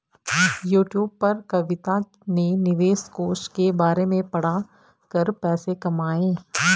YouTube पर कविता ने निवेश कोष के बारे में पढ़ा कर पैसे कमाए